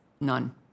none